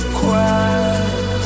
quiet